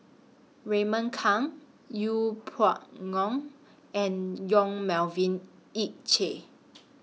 Raymond Kang YOU Pway Ngon and Yong Melvin Yik Chye